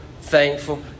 thankful